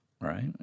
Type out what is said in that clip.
right